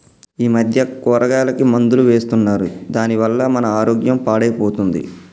ఈ మధ్య కూరగాయలకి మందులు వేస్తున్నారు దాని వల్ల మన ఆరోగ్యం పాడైపోతుంది